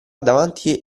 davanti